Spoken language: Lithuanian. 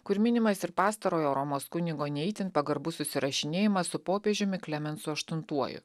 kur minimas ir pastarojo romos kunigo ne itin pagarbų susirašinėjimas su popiežiumi klemensu aštuntuoju